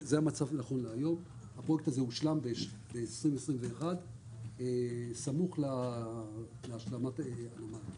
הפרויקט הזה הושלם ב-2021 סמוך להשלמת הנמל.